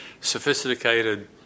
sophisticated